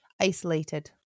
isolated